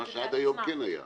מה שעד היום כן היה.